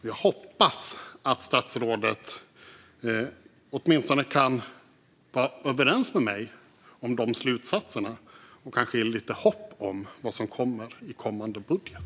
Jag hoppas att statsrådet åtminstone kan vara överens med mig om de slutsatserna - och kanske ge lite hopp om vad som kommer i kommande budget.